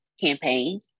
campaign